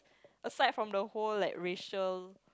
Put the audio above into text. aside from the whole like racial